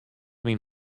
myn